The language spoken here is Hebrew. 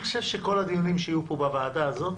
אני חושב שכול הדיונים שיהיו פה, בוועדה הזאת